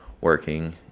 working